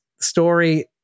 story